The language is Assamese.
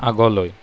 আগলৈ